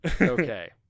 Okay